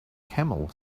camel